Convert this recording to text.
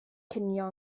cinio